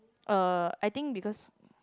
uh I think because